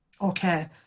Okay